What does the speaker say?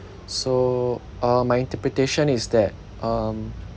so uh my interpretation is that um